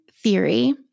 theory